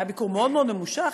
זה היה ביקור מאוד מאוד ממושך,